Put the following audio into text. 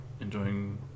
enjoying